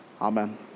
amen